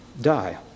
die